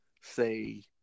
say